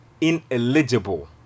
ineligible